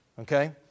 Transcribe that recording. Okay